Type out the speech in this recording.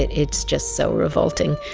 it's just so revolting.